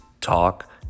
talk